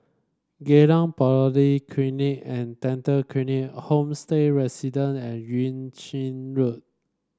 Geylang Polyclinic and Dental Clinic Homestay Residence and Yuan Ching Road